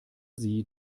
sie